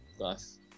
Nice